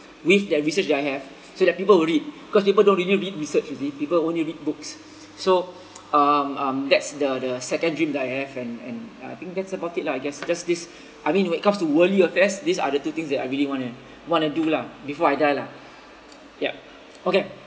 with the research that I have so that people will read cause people don't really read research you see people only read books so um um that's the the second dream that I have and and uh I think that's about it lah I guess just this I mean when it comes to worldly affairs these are the two things that I really wanna wanna do lah before I die lah yup okay